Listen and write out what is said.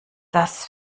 das